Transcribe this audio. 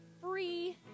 free